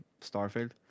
Starfield